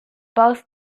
both